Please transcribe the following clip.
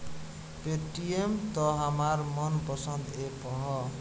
Paytm त हमार मन पसंद ऐप ह